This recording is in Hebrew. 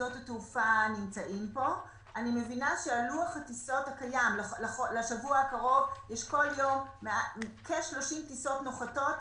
נכון לשבוע הקרוב יש כ-30 טיסות שנוחתות